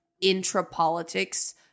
intra-politics